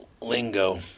lingo